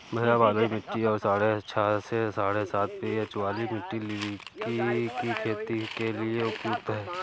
भैया बलुई मिट्टी और साढ़े छह से साढ़े सात पी.एच वाली मिट्टी लौकी की खेती के लिए उपयुक्त है